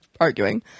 arguing